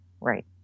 Right